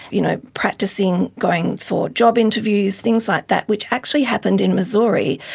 you know practising going for job interviews, things like that, which actually happened in missouri.